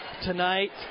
tonight